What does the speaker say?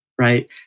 Right